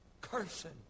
Cursing